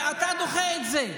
ואתה דוחה אותם.